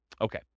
Okay